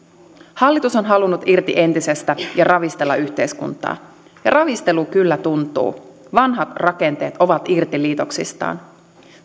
hallitus on halunnut irti entisestä ja ravistella yhteiskuntaa ja ravistelu kyllä tuntuu vanhat rakenteet ovat irti liitoksistaan